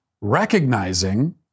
recognizing